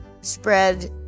spread